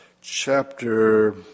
chapter